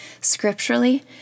scripturally